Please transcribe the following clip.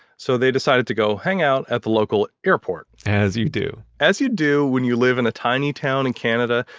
so, they decided to go hang out at the local airport as you do as you do when you live in a tiny town in canada,